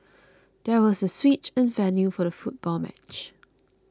there was a switch in the venue for the football match